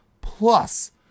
Plus